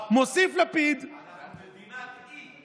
כבר על עשרות המיליארדים, על חצי מיליארד קופה